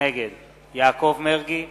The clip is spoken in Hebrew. נגד יעקב מרגי,